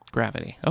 Gravity